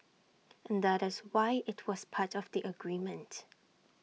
and that is why IT was part of the agreement